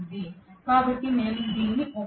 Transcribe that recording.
కాబట్టి నేను దీనిని 1